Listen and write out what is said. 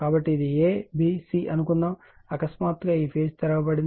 కాబట్టి ఇది a b c అనుకుందాం అకస్మాత్తుగా ఈ ఫేజ్ తెరవబడింది